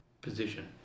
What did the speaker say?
position